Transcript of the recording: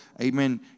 amen